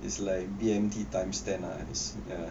is like B_M_T times ten ah